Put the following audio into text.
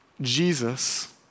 Jesus